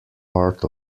part